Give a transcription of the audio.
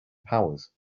powers